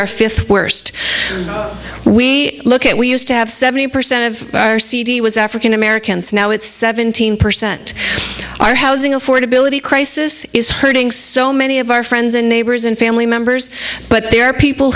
are fifth worst we look at we used to have seventy percent of our cd was african americans now it's seventeen percent our housing affordability crisis is hurting so many of our friends and neighbors and family members but there are people